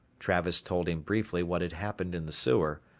travis told him briefly what had happened in the sewer,